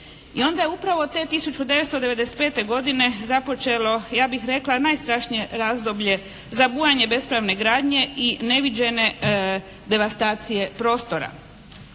I onda je upravo te 1995. godine započelo ja bih rekla najstrašnije razdoblje za bujanje bespravne gradnje i neviđene devastacije prostora.